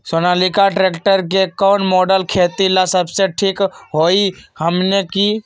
Sonalika tractor के कौन model खेती ला सबसे ठीक होई हमने की?